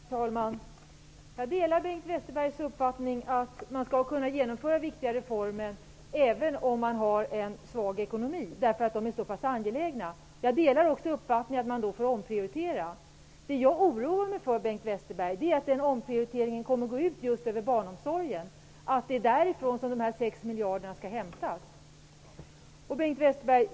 Herr talman! Jag delar Bengt Westerbergs uppfattning att man skall kunna genomföra viktiga reformer även om ekonomin är svag, eftersom dessa reformer är så pass angelägna. Jag delar också uppfattningen att man då får omprioritera. Det jag oroar mig för, Bengt Westerberg, är att den omprioriteringen kommer att gå ut just över barnomsorgen, att det är därifrån som de 6 miljarderna skall hämtas.